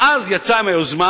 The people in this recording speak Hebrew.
אז הוא יצא עם היוזמה,